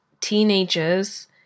teenagers